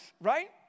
right